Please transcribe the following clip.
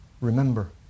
remember